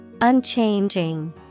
Unchanging